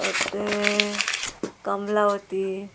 परते कमलावती